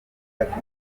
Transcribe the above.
patrick